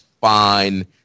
fine